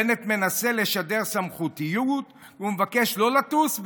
בנט מנסה לשדר סמכותיות ומבקש לא לטוס,